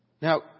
Now